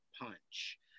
Punch